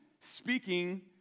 speaking